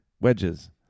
Wedges